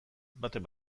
baten